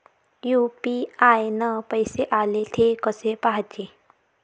UPI न पैसे आले, थे कसे पाहाचे?